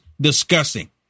disgusting